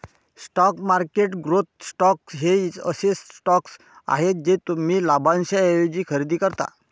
stock market growth stocks हे असे stocks आहेत जे तुम्ही लाभांशाऐवजी खरेदी करता